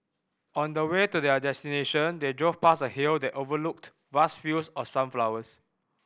on the way to their destination they drove past a hill that overlooked vast fields of sunflowers